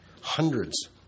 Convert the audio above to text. Hundreds